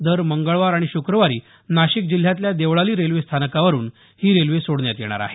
दर मंगळवार आणि शुक्रवारी नाशिक जिल्ह्यातल्या देवळाली रेल्वे स्थानकावरून ही रेल्वे सोडण्यात येणार आहे